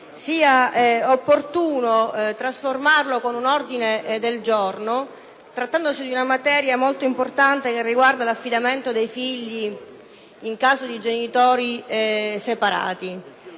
sia opportuno trasformare l’emendamento 31.4 (testo 2) in ordine del giorno, trattandosi di una materia molto importante che riguarda l’affidamento dei figli in caso di genitori separati.